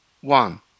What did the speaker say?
one